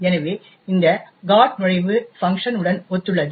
எனவே இந்த GOT நுழைவு func உடன் ஒத்துள்ளது